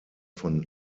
von